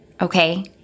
okay